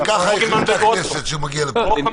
כי ככה החליטה הכנסת, שזה יגיע לפה.